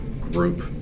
group